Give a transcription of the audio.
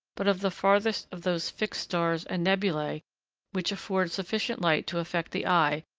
but of the farthest of those fixed stars and nebulae which afford sufficient light to affect the eye,